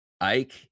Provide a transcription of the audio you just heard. Ike